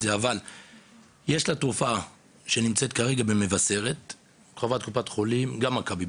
ברגע שהטופס של ׳הגל הירוק׳ עובד עבור חולים אונקולוגיים,